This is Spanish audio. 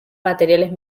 materiales